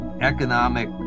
economic